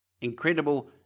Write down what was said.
Incredible